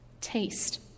taste